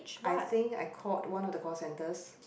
I think I called one of the call centers